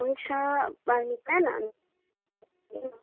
हुन्छ बानिज मेम